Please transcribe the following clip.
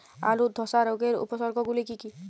আলুর ধসা রোগের উপসর্গগুলি কি কি?